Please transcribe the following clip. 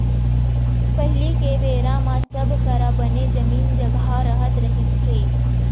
पहिली के बेरा म सब करा बने जमीन जघा रहत रहिस हे